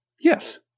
Yes